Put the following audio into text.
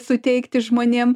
suteikti žmonėm